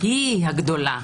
היא הגדולה,